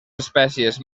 espècies